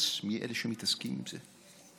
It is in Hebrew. חוץ מאלה שמתעסקים עם זה?